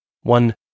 One